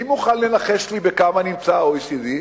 ומי מוכן לנחש לי בכמה נמצא ה-OECD?